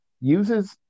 Uses